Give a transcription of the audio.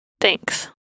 Thanks